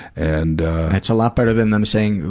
and that's a lot better than them saying,